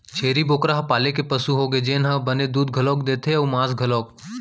छेरी बोकरा ह पाले के पसु होगे जेन ह बने दूद घलौ देथे अउ मांस घलौक